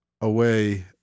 away